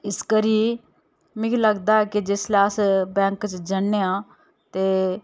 इसकरी मिगी लगदा ऐ कि जिसलै अस बैंक च जन्ने आं ते